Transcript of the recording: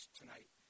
tonight